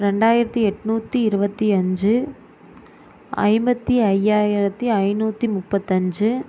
ரெண்டாயிரத்து எட்ணூற்றி இருபத்தி அஞ்சு ஐம்பத்து ஐயாயிரத்து ஐந்நூற்றி முப்பத்து அஞ்சு